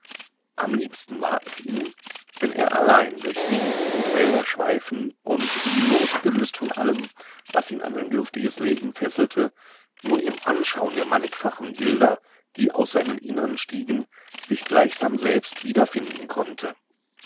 am liebsten war es ihm wenn er allein durch wiesen und wälder schweifen und wie losgelöst von allem was ihn an sein dürftiges leben fesselte nur im anschauen der mannigfachen bilder die aus seinem innern stiegen sich gleichsam selbst wiederfinden konnte